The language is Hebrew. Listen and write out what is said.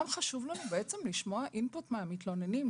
גם חשוב לנו בעצם לשמוע אינפוט מהמטופלים,